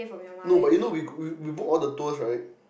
no but you know we go we we book all the tours right